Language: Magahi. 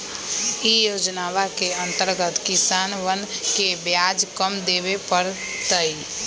ई योजनवा के अंतर्गत किसनवन के ब्याज कम देवे पड़ तय